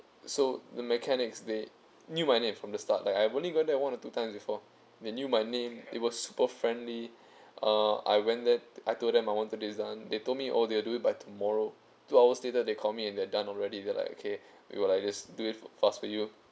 so the mechanics they knew my name from the start like I only gone there one or two times before they knew my name it was super friendly uh I went there I told them I want this design they told me oh they'll do it by tomorrow two hours later they called me and they're done already then like okay we will like do this fast for you